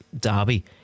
derby